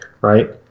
Right